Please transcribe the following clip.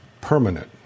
permanent